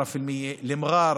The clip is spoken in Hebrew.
12%; מע'אר,